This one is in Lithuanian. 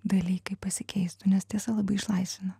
dalykai pasikeistų nes tiesa labai išlaisvina